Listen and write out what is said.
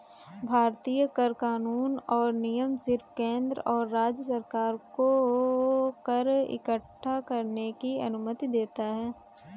भारतीय कर कानून और नियम सिर्फ केंद्र और राज्य सरकार को कर इक्कठा करने की अनुमति देता है